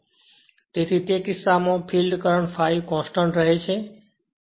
તેથી તે કિસ્સામાં ફિલ્ડ કરંટ ∅ કોંસ્ટંટ રહે છે